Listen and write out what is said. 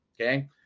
okay